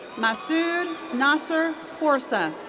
masood nasser porsa.